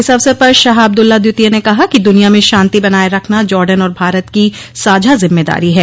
इस अवसर पर शाह अब्दुल्ला द्वितीय ने कहा कि दुनिया में शांति बनाये रखना जार्डन और भारत की साझा जिम्मेदारी है